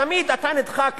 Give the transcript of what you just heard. תמיד אתה נדחק,